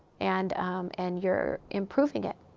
and and you're improving it,